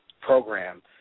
program